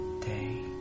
day